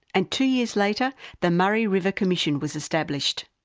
and two years later the murray river commission was established.